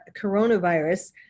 coronavirus